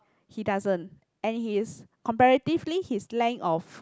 he doesn't and he is comparatively he's length of